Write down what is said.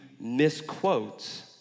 misquotes